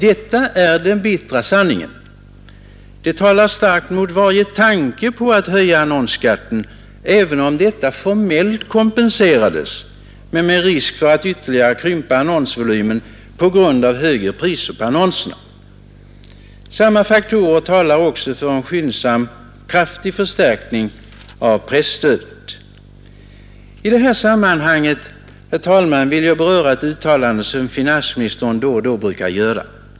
Detta är den bittra sanningen. Det talar starkt mot varje tanke på att höja annonsskatten; även om denna höjning formellt kompenserades skulle den medföra risk för ytterligare krympning av annonsvolymen på grund av högre priser på annonserna. Samma faktorer talar också för en skyndsam, kraftig förstärkning av presstödet. I detta sammanhang, herr talman, vill jag beröra ett uttalande som finansministern då och då brukar göra.